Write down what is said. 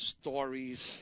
stories